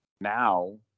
now